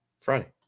Friday